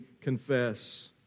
confess